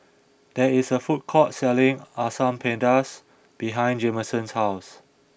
there is a food court selling Asam Pedas behind Jameson's house